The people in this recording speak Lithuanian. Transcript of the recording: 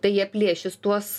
tai jie plėšys tuos